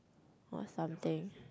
was something